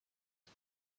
des